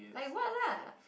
like [what] lah